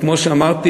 כמו שאמרתי,